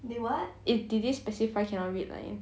it did they specify cannot red line